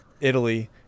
Italy